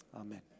Amen